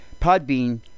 Podbean